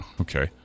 Okay